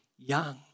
Young